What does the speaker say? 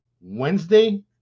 Wednesday